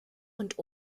und